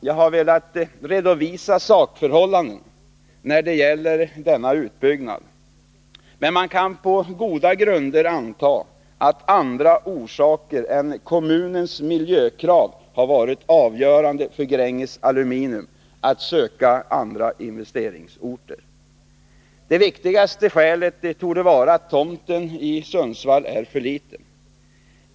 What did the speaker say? Jag har velat redovisa sakförhållandena när det gäller denna utbyggnad, men man kan på goda grunder anta att andra orsaker än kommunens miljökrav har varit avgörande för Gränges Aluminium att söka andra investeringsorter. Det viktigaste skälet torde vara att tomten i Sundsvall är för liten.